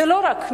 זה לא רק נשים,